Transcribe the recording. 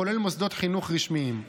כולל מוסדות חינוך רשמיים.